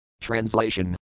Translation